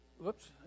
whoops